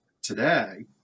today